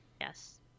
Yes